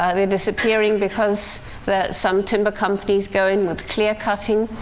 ah they're disappearing because but some timber companies go in with clear-cutting.